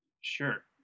Sure